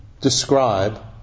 describe